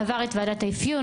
עבר את ועדת האפיון,